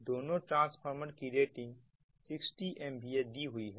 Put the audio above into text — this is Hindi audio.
दोनों ट्रांसफॉर्मर की रेटिंग 60 MVA दी हुई है